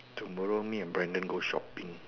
tomorrow me and Brandon go shopping